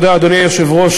אדוני היושב-ראש,